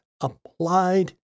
applied